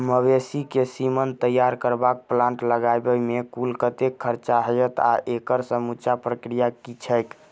मवेसी केँ सीमन तैयार करबाक प्लांट लगाबै मे कुल कतेक खर्चा हएत आ एकड़ समूचा प्रक्रिया की छैक?